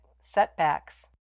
setbacks